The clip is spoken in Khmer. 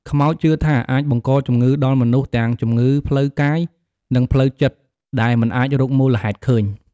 ខ្មោចជឿថាអាចបង្កជំងឺដល់មនុស្សទាំងជំងឺផ្លូវកាយ និងផ្លូវចិត្តដែលមិនអាចរកមូលហេតុឃើញ។